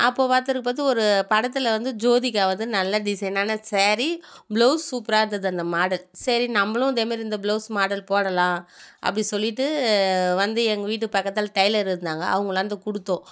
அப்போது பார்த்ததுக்கு பார்த்து ஒரு படத்தில் வந்து ஜோதிகா வந்து நல்ல டிசைனான ஸேரி ப்ளவுஸ் சூப்பராக இருந்தது அந்த மாடல் சரி நம்பளும் இதே மாரி இந்த ப்ளவுஸ் மாடல் போடலாம் அப்படி சொல்லிவிட்டு வந்து எங்கள் வீட்டு பக்கத்தில் டைலர் இருந்தாங்க அவங்களாண்ட கொடுத்தோம்